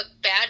bad